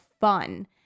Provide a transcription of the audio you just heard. fun